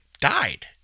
died